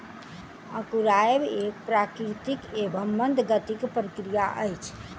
अंकुरायब एक प्राकृतिक एवं मंद गतिक प्रक्रिया अछि